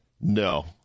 no